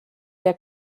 der